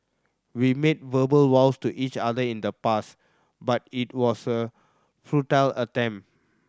we made verbal vows to each other in the past but it was a futile attempt